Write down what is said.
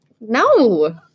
No